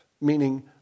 meaning